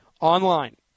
Online